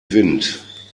wind